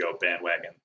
bandwagon